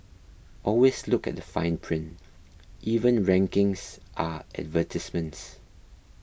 always look at the fine print even rankings are advertisements